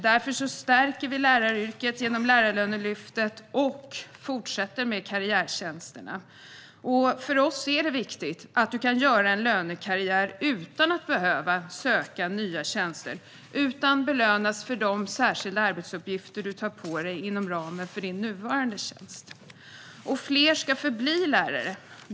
Därför stärker vi läraryrket genom Lärarlönelyftet och fortsätter med karriärtjänsterna. För oss är det viktigt att man kan göra lönekarriär utan att behöva söka nya tjänster. Man ska kunna belönas för de särskilda arbetsuppgifter man tar på sig inom ramen för sin nuvarande tjänst. Fler ska också förbli lärare.